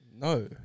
No